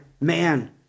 Man